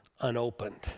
unopened